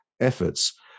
efforts